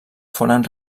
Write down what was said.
foren